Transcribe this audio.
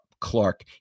Clark